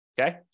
okay